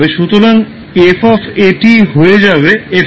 সুতরাং 𝑓 𝑎𝑡 হয়ে যাবে 𝑓 𝑥